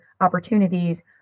opportunities